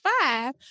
five